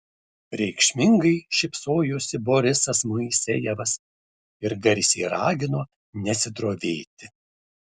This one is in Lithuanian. reikšmingai šypsojosi borisas moisejevas ir garsiai ragino nesidrovėti